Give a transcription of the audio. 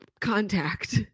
contact